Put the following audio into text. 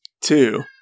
Two